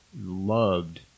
loved